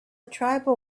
tribal